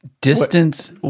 Distance